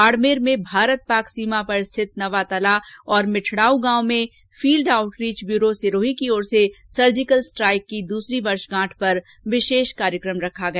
बाडमेर में भारत पाक सीमा पर स्थित नवातला और मिठड़ाऊ गांव फील्ड आउटरीच ब्यूरो सिरोही की ओर से सर्जिकल स्ट्राइक की दूसरी वर्षगांठ पर विशेष कार्यकम रखा गया